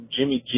Jimmy